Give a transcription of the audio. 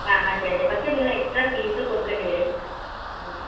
ആ അതെ അതെ പക്ഷെ നിങ്ങൾ എക്സ്ട്രാ ഫീസ് കൊടുക്കേണ്ടി വരും